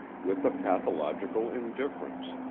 with a pathological indifference